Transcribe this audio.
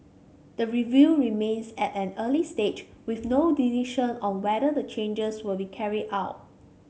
the review remains at an early stage with no decision on whether the changes will be carried out